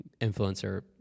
influencer